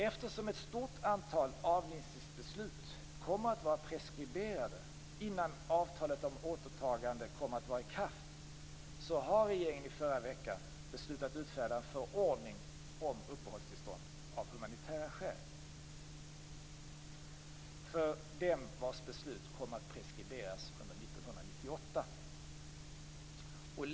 Eftersom ett stort antal avvisningsbeslut kommer att vara preskriberade innan avtalet om återtagande kommer att vara i kraft har regeringen i förra veckan beslutat att utfärda en förordning om uppehållstillstånd av humanitära skäl för dem vars beslut preskriberas under 1998.